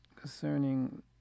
concerning